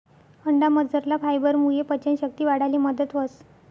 अंडामझरला फायबरमुये पचन शक्ती वाढाले मदत व्हस